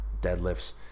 deadlifts